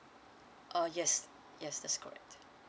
uh yes yes that's correct